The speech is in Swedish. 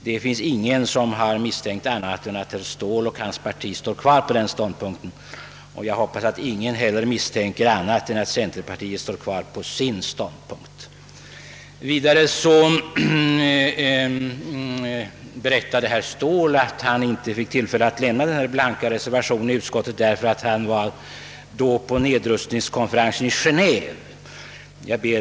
Det finns ingen som har misstänkt att herr Ståhl och hans parti inte står kvar på den ståndpunkten, och jag hoppas att ingen heller misstänker centerpartiet för att inte stå kvar på sin ståndpunkt. Vidare berättade herr Ståhl att han inte fick tillfälle att lämna den blanka reservationen i utskottet därför att han då var på nedrustningskonferensen i Gené&ve.